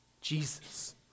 Jesus